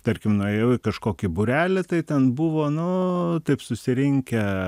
tarkim nuėjau į kažkokį būrelį tai ten buvo nu taip susirinkę